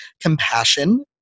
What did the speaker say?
compassion